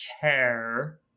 care